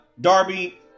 Darby